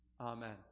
Amen